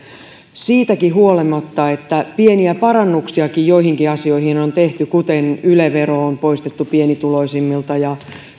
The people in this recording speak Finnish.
siitäkin huolimatta että pieniä parannuksiakin joihinkin asioihin on tehty kuten yle vero on poistettu pienituloisimmilta ja